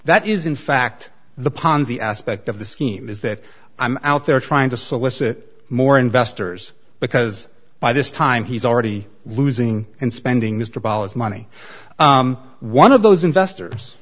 that is in fact the ponzi aspect of the scheme is that i'm out there trying to solicit more investors because by this time he's already losing and spending mr bali's money one of those investors